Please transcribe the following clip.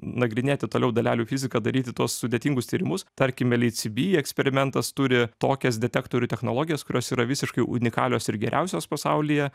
nagrinėti toliau dalelių fiziką daryti tuos sudėtingus tyrimus tarkime lhcb eksperimentas turi tokias detektorių technologijas kurios yra visiškai unikalios ir geriausios pasaulyje